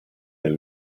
del